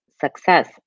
Success